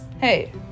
Hey